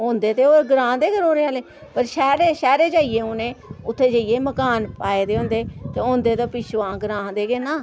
होंदे ते ओह् ग्रां दे गै रौह्ने आह्ले पर शैह्रें शैह्रें जाइयै उ'नें उत्थै जाइयै मकान पाए दे होंदे ते होंदे ते पिच्छुआं ग्रां दे गै ना